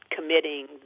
committing